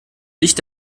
licht